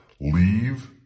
leave